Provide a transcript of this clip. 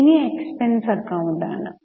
ഇനി expense account ആണ്